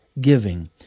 giving